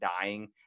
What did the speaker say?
dying